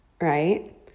right